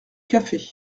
café